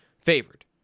favored